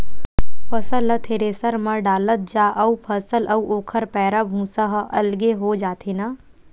फसल ल थेरेसर म डालत जा अउ फसल अउ ओखर पैरा, भूसा ह अलगे हो जाथे न